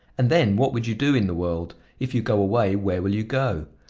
and then what would you do in the world? if you go away, where will you go?